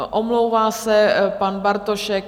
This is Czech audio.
Omlouvá se pan Bartošek